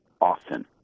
often